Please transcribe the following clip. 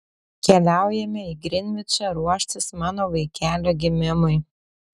keliaujame į grinvičą ruoštis mano vaikelio gimimui